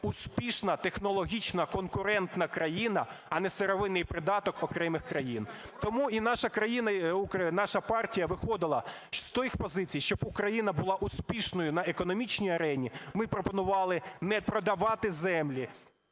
успішна технологічна конкурентна країна, а не сировинний придаток окремих країн. Тому і наша країна, і наша партія виходила з тої позиції, щоб Україна була успішною на економічній арені. Ми пропонували не продавати землі,